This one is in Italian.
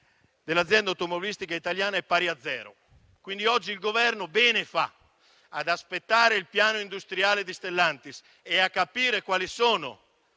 dell'azienda automobilistica italiana è pari a zero, quindi il Governo fa bene ad aspettare il piano industriale di Stellantis e a capire quali sono